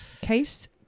case